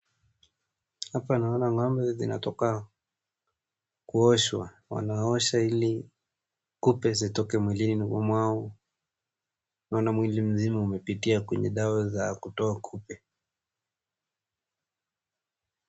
Hapa naona ng'ombe zinatoka kuoshwa wanaoshwa ili kupe zitoke mwilini, naona mwili mzima imepitia kwenye dawa ya kutoa kupe.